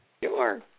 Sure